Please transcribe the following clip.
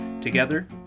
Together